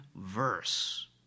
verse